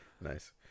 nice